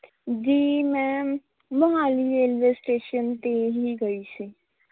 ਜੀ ਮੈਂ Mohali railway station 'ਤੇ ਹੀ ਗਈ ਸੀ